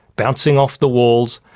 bouncing off the walls,